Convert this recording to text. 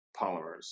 polymers